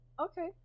Okay